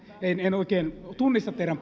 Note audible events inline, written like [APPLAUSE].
en oikein tunnista teidän [UNINTELLIGIBLE]